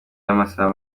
y’amasaha